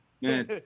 man